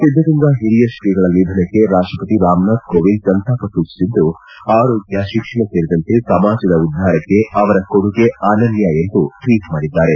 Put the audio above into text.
ಸಿದ್ದಗಂಗಾ ಹಿರಿಯ ತ್ರೀಗಳ ನಿಧನಕ್ಕೆ ರಾಷ್ಟಪತಿ ರಾಮನಾಥ ಕೋವಿಂದ್ ಸಂತಾಪ ಸೂಚಿಸಿದ್ದು ಆರೋಗ್ಯ ಶಿಕ್ಷಣ ಸೇರಿದಂತೆ ಸಮಾಜದ ಉದ್ದಾರಕ್ಕೆ ಅವರ ಕೊಡುಗೆ ಅನನ್ಯ ಎಂದು ಟ್ವೀಟ್ ಮಾಡಿದ್ದಾರೆ